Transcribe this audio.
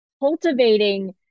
cultivating